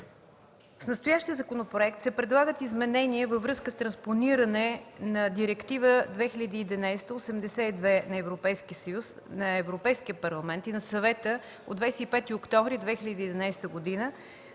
С настоящия законопроект се предлагат изменения във връзка с транспониране на Директива 2011/82/ЕС на Европейския парламент и на Съвета от 25 октомври 2011 г.